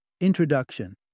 Introduction